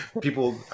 People